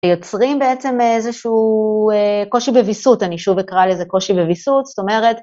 ויוצרים בעצם איזשהו קושי בוויסות, אני שוב אקרא לזה קושי בוויסות, זאת אומרת...